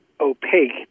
opaque